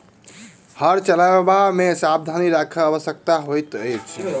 हर चलयबा मे सावधानी राखब आवश्यक होइत अछि